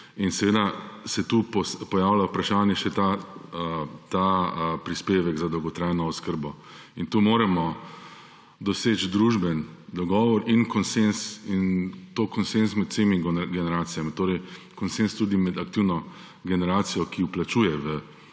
In tu se pojavlja kot vprašanje še ta prispevek za dolgotrajno oskrbo. In tu moramo doseči družbeni dogovor in konsenz, in to konsenz med vsemi generacijami, torej konsenz tudi med aktivno generacijo, ki vplačuje v